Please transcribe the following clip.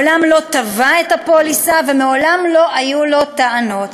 מעולם לא תבע את הפוליסה ומעולם לא היו לו טענות.